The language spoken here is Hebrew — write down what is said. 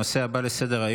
הנושא הבא לסדר-היום,